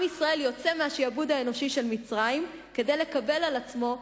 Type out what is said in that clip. עם ישראל יוצא מהשעבוד האנושי של מצרים כדי לקבל על עצמו תורה,